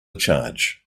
charge